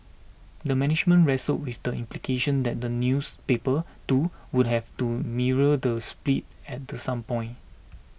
the management wrestled with the implication that the newspaper too would have to mirror the split at the some point